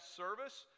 service